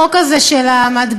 החוק הזה של המטבעות,